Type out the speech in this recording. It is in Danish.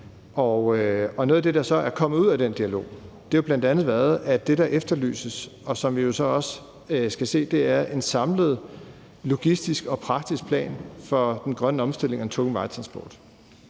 Noget af det, der så er kommet ud af den dialog, har bl.a. været, at det, der efterlyses, og som vi også skal se på, er en samlet, logistisk og praktisk plan for den grønne omstilling og den tunge vejtransport.